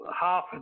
half